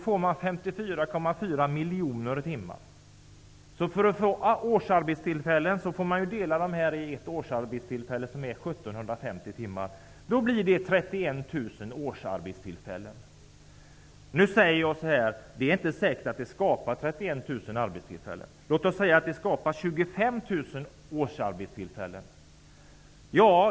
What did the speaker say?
För att räkna ut antalet årsarbetstillfällen får man dela dessa timmar med 150 timmar, som är ett årsarbetstillfälle. Det blir 31 000 årsarbetstillfällen. Men det är inte säkert att detta skapar 31 000 årsarbetstillfällen. Låt oss säga att det skapas 25 000 årsarbetstillfällen.